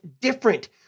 different